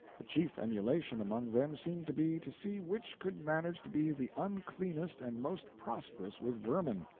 the chief emulation among them seemed to be, to see which could manage to be the uncleanest and most prosperous with vermin.